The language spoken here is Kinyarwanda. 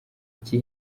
icyo